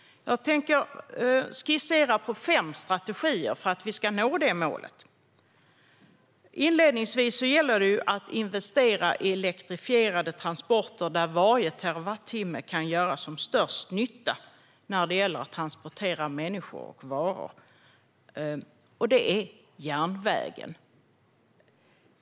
Jag tänker här skissera fem strategier för att vi ska nå det målet. Den första handlar om att investera i elektrifierade transporter där varje terawattimme el kan göra störst nytta när det gäller att transportera människor och varor, alltså transporter på järnväg.